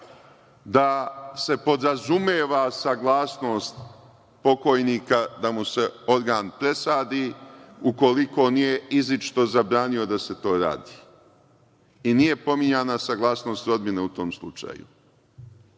da se podrazumeva saglasnost pokojnika da mu se organ presadi ukoliko nije izričito zabranio da se to radi i nije pominjana saglasnost rodbine u tom slučaju